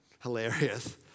hilarious